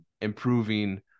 improving